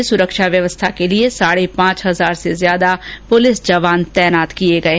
उर्स में सुरक्षा व्यवस्था के लिए साढे पांच हजार से ज्यादा पुलिस जवान तैनात किए जाएंगे